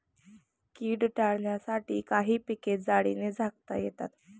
कीड टाळण्यासाठी काही पिके जाळीने झाकता येतात